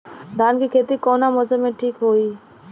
धान के खेती कौना मौसम में ठीक होकी?